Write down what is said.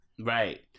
Right